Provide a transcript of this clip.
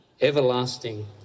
everlasting